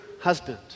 husband